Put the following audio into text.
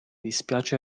dispiace